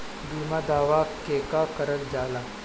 बीमा दावा केगा करल जाला?